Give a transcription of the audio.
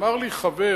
אמר לי חבר